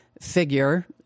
figure